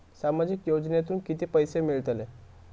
सामाजिक योजनेतून किती पैसे मिळतले?